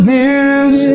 news